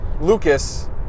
Lucas